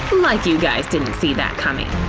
like you guys didn't see that coming,